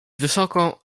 wysoko